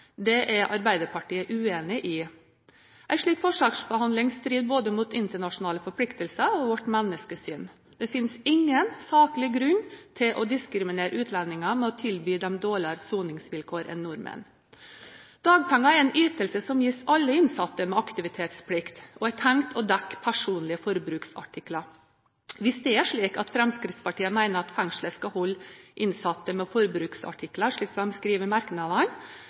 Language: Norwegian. Det er Arbeiderpartiet uenig i. En slik forskjellsbehandling strir både mot internasjonale forpliktelser og vårt menneskesyn. Det finnes ingen saklig grunn til å diskriminere utlendingene ved å tilby dem dårligere soningsvilkår enn nordmenn. Dagpenger er en ytelse som gis alle innsatte med aktivitetsplikt og er tenkt å dekke personlige forbruksartikler. Hvis det er slik at Fremskrittspartiet mener at fengslet skal holde innsatte med forbruksartikler – slik de skriver i merknadene